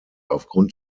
aufgrund